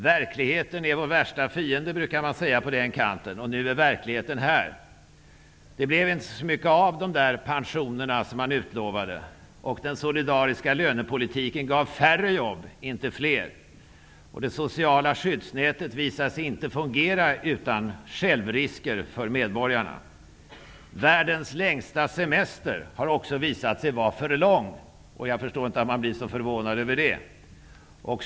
Verkligheten är vår värsta fiende, brukar man säga på den kanten, och nu är verkligheten här. Det blev inte så mycket av de pensioner som man utlovade, och den solidariska lönepolitiken gav färre jobb, inte fler. Det sociala skyddsnätet visade sig inte fungera utan självrisker för medborgarna. Världens längsta semester har också visat sig vara för lång, och jag förstår inte att man blir så förvånad över det.